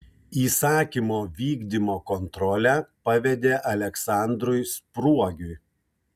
įsakymo vykdymo kontrolę pavedė aleksandrui spruogiui